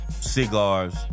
cigars